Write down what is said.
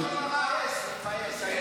מיכאל מרדכי ביטון (המחנה הממלכתי): תתפייס.